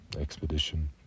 expedition